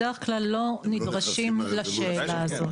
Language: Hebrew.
בדרך כלל לא נדרשים לשאלה הזאת.